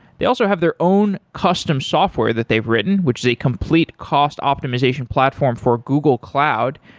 they also have their own custom software that they've written, which is a complete cost optimization platform for google cloud,